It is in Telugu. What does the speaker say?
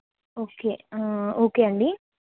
ఓకే ఓకే అండి